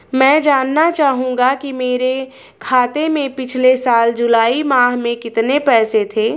मैं जानना चाहूंगा कि मेरे खाते में पिछले साल जुलाई माह में कितने पैसे थे?